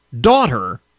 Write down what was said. daughter